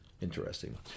Interesting